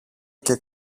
και